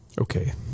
Okay